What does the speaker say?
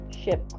ship